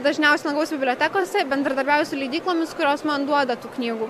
dažniausiai lankausi bibliotekose bendradarbiauju su leidyklomis kurios man duoda tų knygų